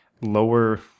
lower